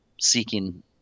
seeking